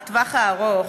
בטווח הארוך,